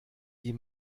die